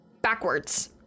backwards